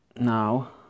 now